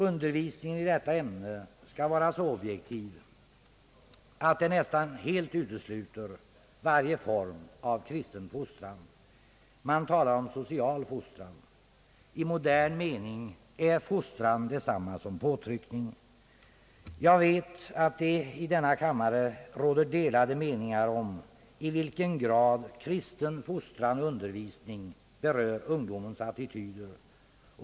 Undervisningen i detta ämne skall vara så objektiv att det nästan helt utesluter varje form av kristen fostran. Man talar om social fostran. I modern mening är fostran detsamma som påtryckning. — Jag vet att det i denna kammare råder delade meningar om i vilken grad kristen fostran och undervisning berör ungdomens attityder.